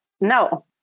No